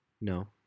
No